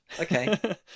Okay